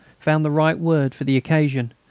found the right word for the occasion,